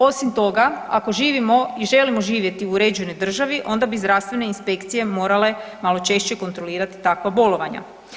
Osim toga, ako živimo i želimo živjeti u uređenoj državi onda bi zdravstvene inspekcije morale malo češće kontrolirati takva bolovanja.